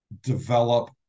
develop